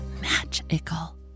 magical